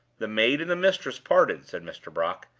the maid and the mistress parted, said mr. brock,